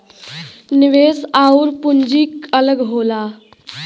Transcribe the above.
निवेश आउर पूंजी अलग होला